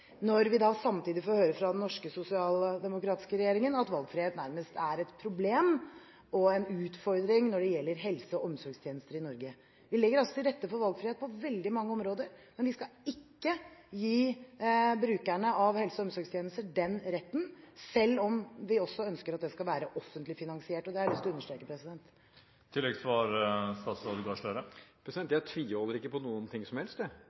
når vi samtidig får høre fra den norske, sosialdemokratiske regjeringen at valgfrihet nærmest er et problem og en utfordring når det gjelder helse- og omsorgstjenester i Norge. Vi legger til rette for valgfrihet på veldig mange områder, men vi skal altså ikke gi brukerne av helse- og omsorgstjenester den retten – selv om vi også ønsker at det skal være offentlig finansiert. Det har jeg lyst til å understreke. Jeg tviholder ikke på noe som helst. Jeg er ganske forankret i en erfaring og en politisk tilnærming som det